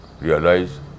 realize